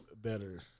better